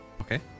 Okay